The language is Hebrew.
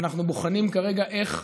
ואנחנו בוחנים כרגע איך,